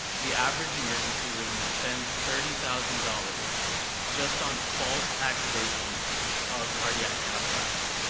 the average emergency room spends thirty thousand dollars just on false activations of cardiac-cath labs.